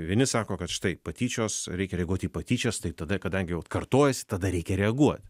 vieni sako kad štai patyčios reikia reaguot į patyčias tai tada kadangi jau kartojasi tada reikia reaguot